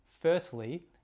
firstly